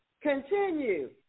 Continue